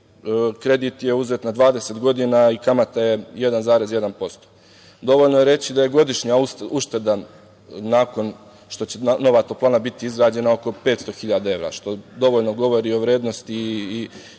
kredit je uzet na 20 godina i kamata je 1, 1%. Dovoljno je reći da je godišnja ušteda nakon što će nova toplana biti izgrađena oko 500 hiljada evra, što dovoljno govori o vrednosti i